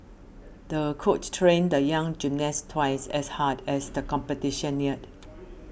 the coach trained the young gymnast twice as hard as the competition neared